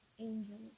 angels